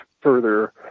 further